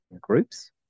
groups